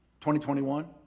2021